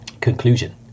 Conclusion